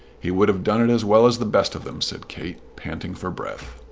he would have done it as well as the best of them, said kate, panting for breath.